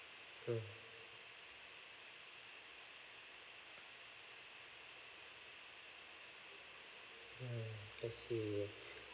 hmm mm I see